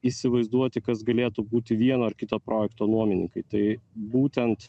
įsivaizduoti kas galėtų būti vieno ar kito projekto nuomininkai tai būtent